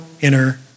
inner